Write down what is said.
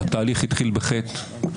התהליך התחיל בחטא.